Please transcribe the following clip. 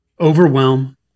overwhelm